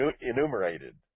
enumerated